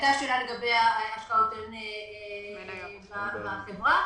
הייתה שאלה לגבי השקעות הון בחברה,